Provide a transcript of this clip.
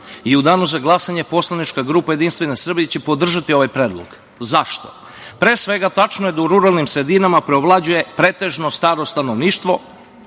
i u danu za glasanje poslanička grupa Jedinstvena Srbija će podržati ovaj predlog. Zašto? Pre svega, tačno je da u ruralnim sredinama preovlađuje pretežno staro stanovništvo,